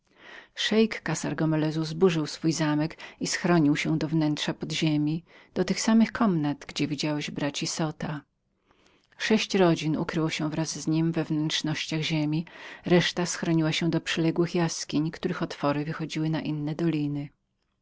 zwycięzcom szeik kassar gomelezu zburzył swój zamek i schronił się do wnętrza podziemi do tych samych komnat gdzie widziałeś braci zota sześć rodzin ukryło się wraz z nim we wnętrznościach ziemi reszta schroniła się do przyległych jaskiń których otwory wychodziły na inne doliny